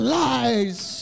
lies